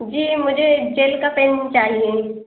جی مجھے ایک جیل کا پین چاہیے